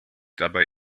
dabei